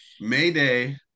Mayday